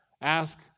ask